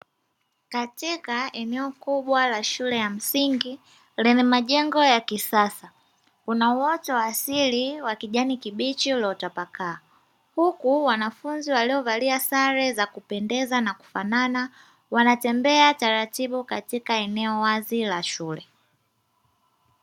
Katika eneo kubwa la shule ya msingi lenye majengo ya kisasa kuna uoto wa asili wa kijani kibichi uliotapakaa, huku wanafunzi waliovalia sare za kupendeza na kufanana wanatembea taratibu katika eneo wazi la shule.